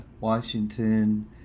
Washington